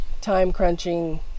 time-crunching